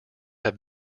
have